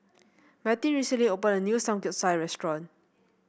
Matie recently opened a new Samgeyopsal restaurant